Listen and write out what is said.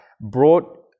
brought